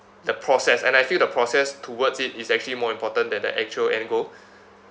the process and I feel the process towards it is actually more important than the actual end goal